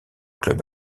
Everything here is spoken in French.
club